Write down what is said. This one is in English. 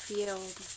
Field